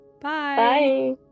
Bye